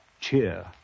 cheer